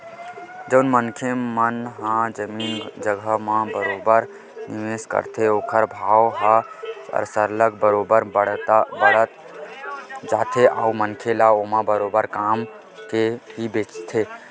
जउन मनखे मन ह जमीन जघा म बरोबर निवेस करथे ओखर भाव ह सरलग बरोबर बाड़त जाथे अउ मनखे ह ओमा बरोबर कमा के ही बेंचथे